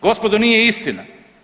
Gospodo nije istina.